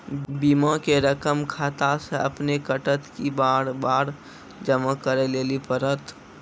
बीमा के रकम खाता से अपने कटत कि बार बार जमा करे लेली पड़त?